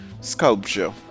sculpture